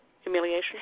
humiliation